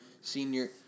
senior